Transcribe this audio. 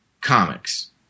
comics